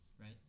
right